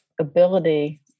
ability